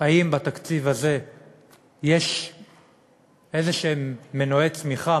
אם בתקציב הזה יש איזשהם מנועי צמיחה,